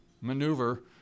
maneuver